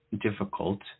difficult